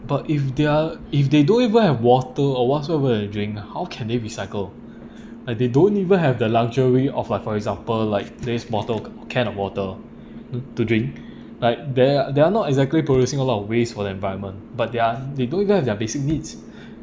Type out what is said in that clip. but if they're if they don't even have water or whatsoever to drink how can they recycle and they don't even have the luxury of like for example like this bottle cans of water to drink like there there are not exactly producing a lot of waste for the environment but their they don't even have their basic needs